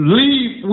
leave